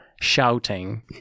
shouting